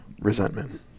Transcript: resentment